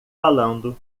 falando